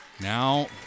Now